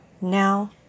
Now